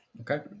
Okay